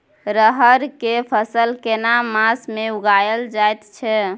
रहर के फसल केना मास में उगायल जायत छै?